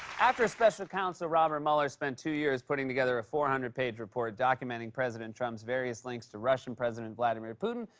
after special counsel robert mueller spent two years putting together a four hundred page report documenting president trump's various links to russian president vladimir putin,